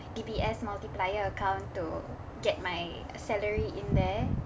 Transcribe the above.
D_B_S multiplier account to get my salary in there